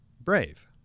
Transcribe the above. brave